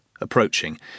approaching